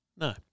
no